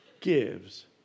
gives